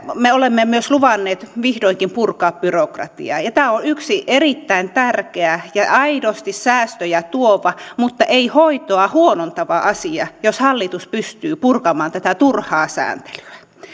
me olemme myös luvanneet vihdoinkin purkaa byrokratiaa ja tämä on yksi erittäin tärkeä ja aidosti säästöjä tuova mutta ei hoitoa huonontava asia jos hallitus pystyy purkamaan tätä turhaa sääntelyä